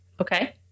okay